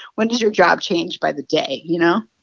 when does your job change by the day, you know?